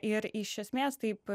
ir iš esmės taip